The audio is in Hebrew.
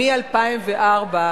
מ-2004,